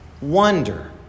wonder